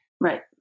Right